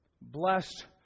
Blessed